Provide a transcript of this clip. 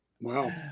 Wow